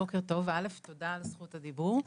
בוקר טוב, תודה על זכות הדיבור.